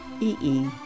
e-e